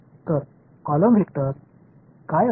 तर column vector काय असावा